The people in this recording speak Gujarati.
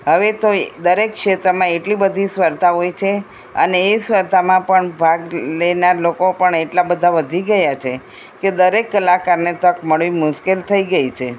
હવે તો દરેક ક્ષેત્રમાં એટલી બધી સ્પર્ધા હોય છે અને એ સ્પર્ધામાં પણ ભાગ લેનાર લોકો પણ એટલા બધા વધી ગયા છે કે દરેક કલાકારને તક મળી મુશ્કેલ થઈ ગઈ છે